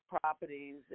properties